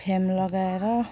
frame लगाएर